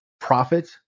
profit